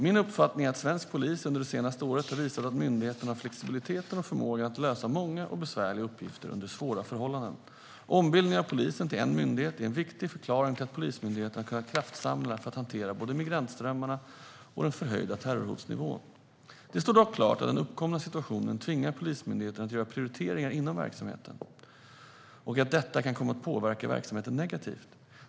Min uppfattning är att svensk polis under det senaste året har visat att myndigheterna har flexibiliteten och förmågan att lösa många och besvärliga uppgifter under svåra förhållanden. Ombildningen av polisen till en myndighet är en viktig förklaring till att Polismyndigheten har kunnat kraftsamla för att hantera både migrantströmmarna och den förhöjda terrorhotnivån. Det står dock klart att den uppkomna situationen tvingar Polismyndigheten att göra prioriteringar inom verksamheten och att detta kan komma att påverka verksamheten negativt.